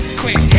quick